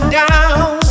down